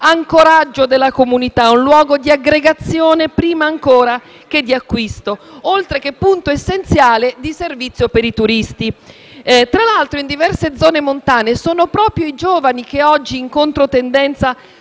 ancoraggio della comunità, un luogo di aggregazione prima ancora che di acquisto, oltre che punto essenziale di servizio per i turisti. Tra l'altro, in diverse zone montane sono proprio i giovani che oggi, in controtendenza,